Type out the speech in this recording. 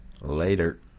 later